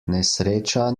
nesreča